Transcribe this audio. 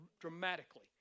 dramatically